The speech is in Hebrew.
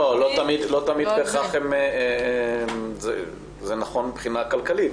לא תמיד בהכרח זה נכון מבחינה כלכלית,